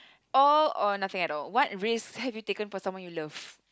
all or nothing at all what race have you taken for someone you loved